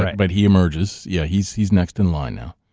but he emerges. yeah, he's he's next in line now.